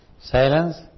Silence